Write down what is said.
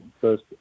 first